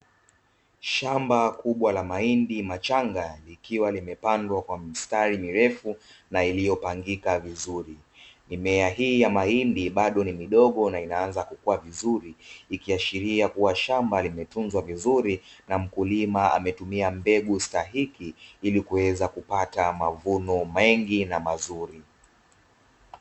Shamba kubwa la mahindi machanga likiwa limepandwa kwa mstari mirefu na iliyopangika vizuri. Mimea hii ya mahindi bado ni midogo na inaanza kukua vizuri ikiashiria shamba limetunzwa vizuri na mkulima ametumia mbegu stahiki, ili kuweza kupata mavuno mengi na mazuri.